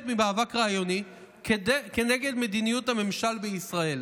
ממאבק רעיוני כנגד מדיניות הממשל בישראל.